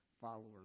followers